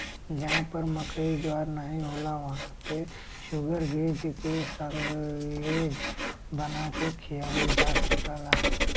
जहां पर मकई ज्वार नाहीं होला वहां पे शुगरग्रेज के साल्लेज बना के खियावल जा सकला